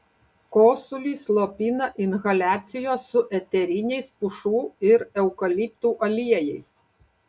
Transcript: kosulį slopina inhaliacijos su eteriniais pušų ir eukaliptų aliejais